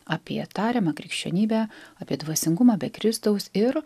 apie tariamą krikščionybę apie dvasingumą be kristaus ir